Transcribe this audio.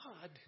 God